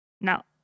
Now